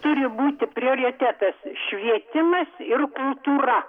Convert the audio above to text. turi būti prioritetas švietimas ir kultūra